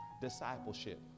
discipleship